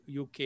uk